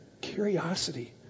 curiosity